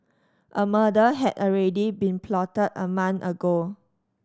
a murder had already been plotted a month ago